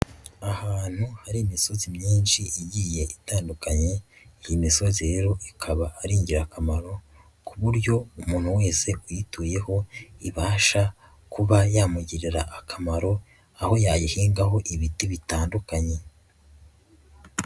Ahantu hari imisozi myinshi igiye itandukanye, iyi misozi rero ikaba ari ingirakamaro ku buryo umuntu wese uyituyeho ibasha kuba yamugirira akamaro aho yayihingaho ibiti bitandukanye.